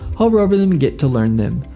hover over them and get to learn them.